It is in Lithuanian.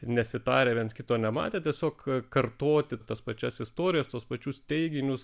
nesitarę viens kito nematę tiesiog kartoti tas pačias istorijas tuos pačius teiginius